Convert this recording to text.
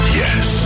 yes